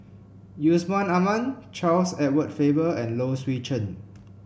Yusman Aman Charles Edward Faber and Low Swee Chen